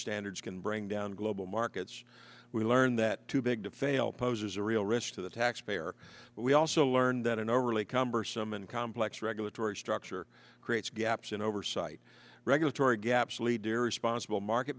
standards can bring down global markets we learned that too big to fail poses a real risk to the taxpayer but we also learned that an overly cumbersome and complex regulatory structure creates gaps in oversight regulatory gaps lead irresponsible market